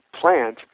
plant